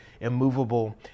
immovable